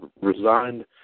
resigned